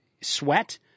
sweat